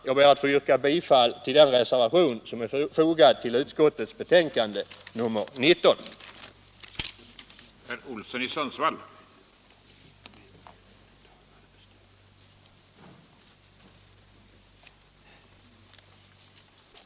Jag ber att få yrka bifall till den reservation som är fogad till utskottets betänkande nr 19.